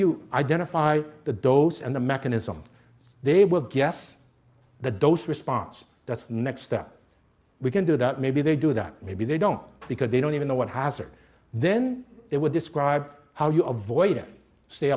you identify the dose and the mechanism they would guess the dose response that's the next step we can do that maybe they do that maybe they don't because they don't even know what hazard then they would describe how you avoid it stay